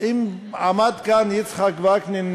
עמד כאן יצחק וקנין,